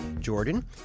Jordan